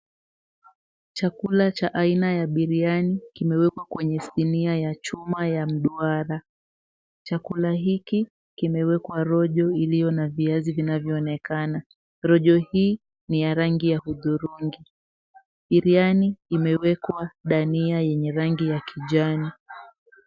Chakula cha aina ya biriani kimewekwa kwenye sinia ya chuma ya mduara. Chakula hiki kimewekwa rojo iliyo na viazi vinavyoonekana. Rojo hii ni ya rangi ya hudhurungi. Biriani imewekwa dania yenye rangi ya kijani.